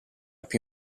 più